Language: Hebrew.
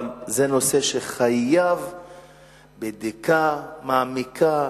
אבל זה נושא שחייב בדיקה מעמיקה,